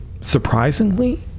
surprisingly